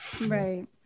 right